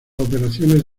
operaciones